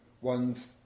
one's